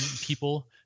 people